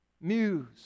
muse